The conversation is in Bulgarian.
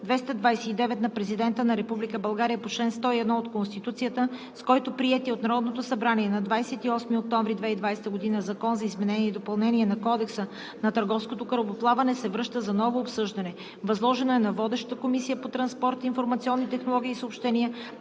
229 на Президента на Република България по чл. 101 от Конституцията, с който приетият от Народното събрание на 28 октомври 2020 г. Закон за изменение и допълнение на Кодекса на търговското корабоплаване се връща за ново обсъждане. Възложено е на водещата Комисия по транспорт, информационни технологии и съобщения